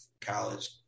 college